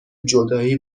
جدایی